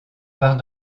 part